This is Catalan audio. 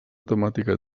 temàtica